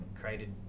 created